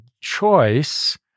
choice